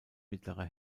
mittlere